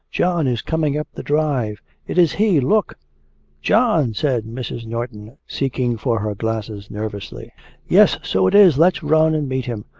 john is coming up the drive it is he look john! said mrs. norton, seeking for her glasses nervously yes, so it is let's run and meet him.